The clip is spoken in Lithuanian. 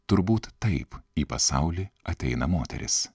turbūt taip į pasaulį ateina moteris